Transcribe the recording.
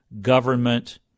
government